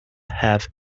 have